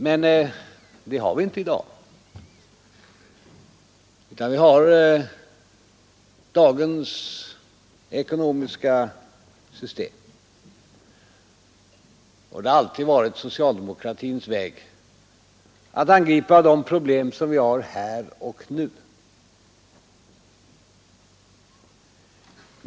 Men det har vi inte i dag, utan vi har dagens ekonomiska system. Socialdemokratins väg har alltid varit att angripa de problem som vi har här och nu.